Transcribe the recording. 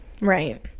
right